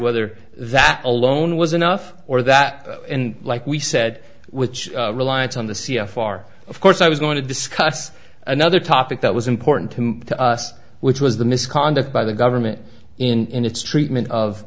whether that alone was enough or that like we said which reliance on the c f r of course i was going to discuss another topic that was important to us which was the misconduct by the government in its treatment of